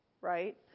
right